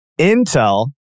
Intel